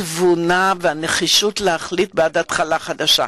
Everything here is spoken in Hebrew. התבונה והנחישות להחליט בעד התחלה חדשה.